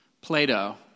Plato